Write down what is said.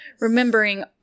remembering